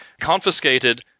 confiscated